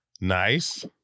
Nice